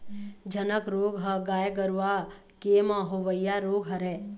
झनक रोग ह गाय गरुवा के म होवइया रोग हरय